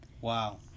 Wow